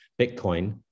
Bitcoin